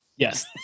Yes